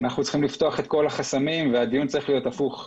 אנחנו צריכים לפתוח את כל החסמים והדיון צריך להיות הפוך.